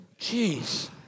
Jeez